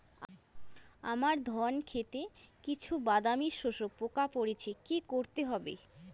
আমার ধন খেতে কিছু বাদামী শোষক পোকা পড়েছে কি করতে হবে?